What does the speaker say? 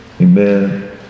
Amen